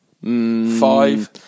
Five